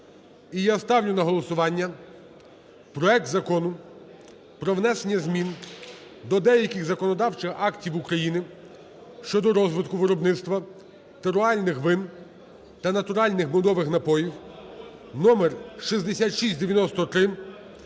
І я ставлю на голосування проект Закону про внесення змін до деяких законодавчих актів України щодо розвитку виробництва терруарних вин та натуральних медових напоїв (№ 6693)